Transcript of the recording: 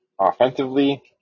offensively